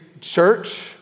church